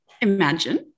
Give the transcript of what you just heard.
Imagine